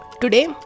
Today